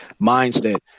mindset